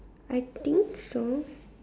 I think so